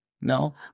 No